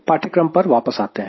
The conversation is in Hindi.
पाठ्यक्रम पर वापस आते हैं